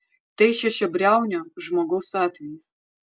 tai šešiabriaunio žmogaus atvejis